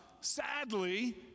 sadly